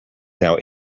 now